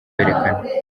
kwerekana